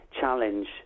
Challenge